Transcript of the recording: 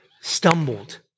stumbled